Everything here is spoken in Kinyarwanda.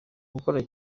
gukora